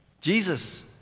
Jesus